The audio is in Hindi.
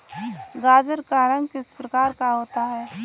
गाजर का रंग किस प्रकार का होता है?